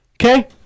Okay